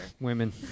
Women